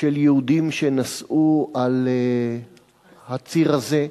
ביהודים שנסעו על הציר הזה,